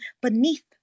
beneath